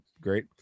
great